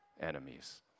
enemies